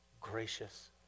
gracious